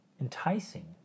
enticing